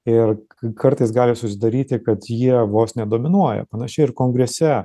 ir kartais gali susidaryti kad jie vos ne dominuoja panašiai ir kongrese